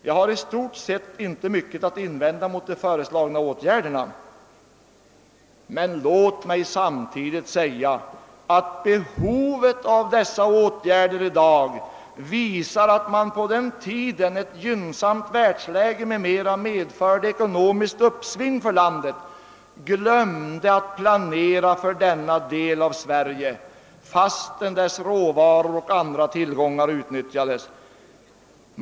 Jag har i stort sett inte mycket att invända mot de föreslagna åtgärderna, men låt mig samtidigt säga att behovet av dessa åtgärder i dag visar att man på den tiden, då ett gynnsamt världsläge m.m. medförde ett ekonomiskt uppsving för landet, glömde att planera för denna del av Sverige, fastän dess råvaror och andra tillgångar utnyttjades.